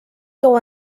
cau